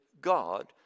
God